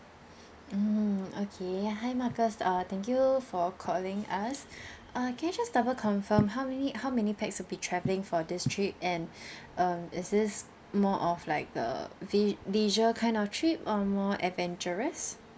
mm okay hi marcus uh thank you for calling us uh can I just double confirm how many how many pax to be traveling for this trip and um is this more of like the lei~ leisure kind of trip or more adventurous